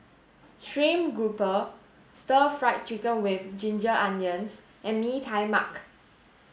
stream grouper stir fried chicken with ginger onions and Mee Tai Mak